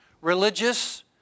religious